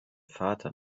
vater